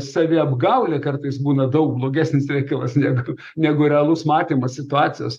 saviapgaulė kartais būna daug blogesnis reikalas negu negu realus matymas situacijos